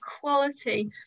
quality